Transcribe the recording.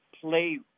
play